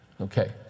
Okay